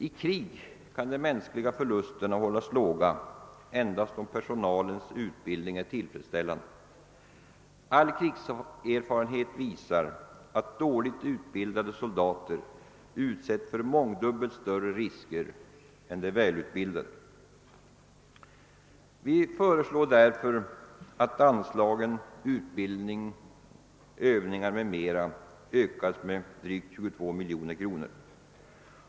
I krig kan de mänskliga förlusterna hållas låga endast om personalens utbildning är tillfredsställande. All krigserfarenhet visar att dåligt utbildade soldater utsätts för mångdubbelt större risker än de välutbildade. Vi föreslår därför att anslagen till utbildning, övningar m.m. ökas med 22 miljoner kronor.